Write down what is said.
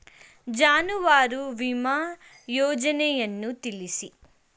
ಜಾನುವಾರು ವಿಮಾ ಯೋಜನೆಯನ್ನು ತಿಳಿಸಿ?